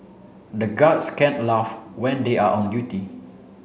the guards can't laugh when they are on duty